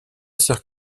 sœur